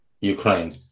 Ukraine